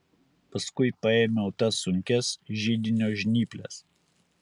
paskui paėmiau tas sunkias židinio žnyples